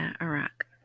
Iraq